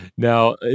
now